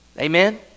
Amen